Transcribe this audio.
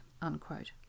unquote